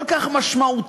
כל כך משמעותיות,